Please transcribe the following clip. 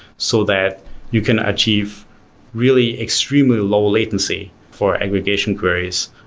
so that you can achieve really extremely low-latency for aggregation queries,